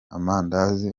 amandazi